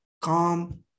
calm